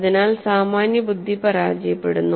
അതിനാൽ സാമാന്യബുദ്ധി പരാജയപ്പെടുന്നു